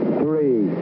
three